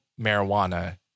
marijuana